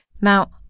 Now